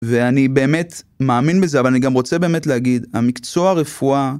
ואני באמת מאמין בזה, אבל אני גם רוצה באמת להגיד, המקצוע רפואה...